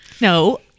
No